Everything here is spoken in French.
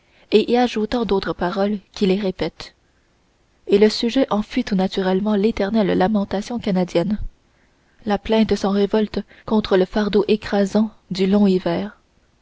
et y ajoutant d'autres paroles qui les répètent et le sujet en fut tout naturellement l'éternelle lamentation canadienne la plainte sans révolte contre le fardeau écrasant du long hiver